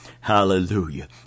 Hallelujah